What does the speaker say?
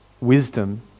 wisdom